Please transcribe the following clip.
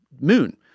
Moon